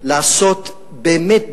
לעשות באמת,